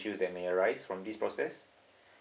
that may arise from this process